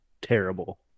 terrible